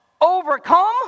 overcome